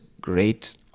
great